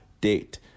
date